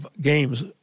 games